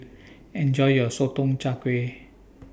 Enjoy your Sotong Char Kway